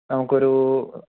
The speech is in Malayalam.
നമുക്കൊരു